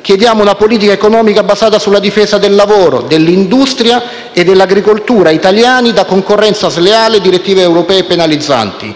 Chiediamo una politica economica basata sulla difesa del lavoro, dell'industria e dell'agricoltura italiani da concorrenza sleale e direttive europee penalizzanti.